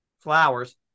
Flowers